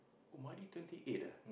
oh Maidy twenty eight eh